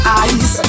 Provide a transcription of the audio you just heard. eyes